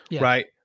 right